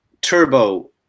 Turbo